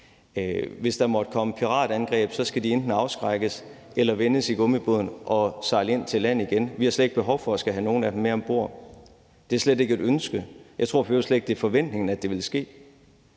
Hvis der måtte komme piratangreb, skal man enten afskrække piraterne eller få dem til at vende gummibåden om og sejle ind til land igen. Vi har slet ikke behov for at skulle have nogen af dem med om bord. Det er slet ikke et ønske. Jeg tror for i øvrigt slet ikke, at det er forventningen, at det ville ske,